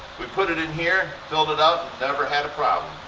we put it in here, filled it up, never had a problem.